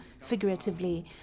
figuratively